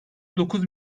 dokuz